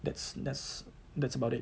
that's that's that's about it